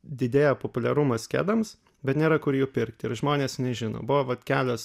didėja populiarumas kedams bet nėra kur jų pirkti ir žmonės nežino buvo vat kelios